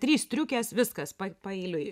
trys striukės viskas paeiliui